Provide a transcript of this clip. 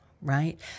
right